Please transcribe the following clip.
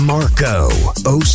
Marco